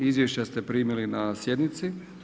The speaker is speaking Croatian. Izvješća ste primili na sjednici.